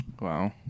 Wow